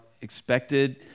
expected